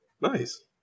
nice